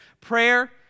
prayer